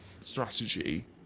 strategy